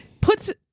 puts